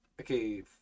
Okay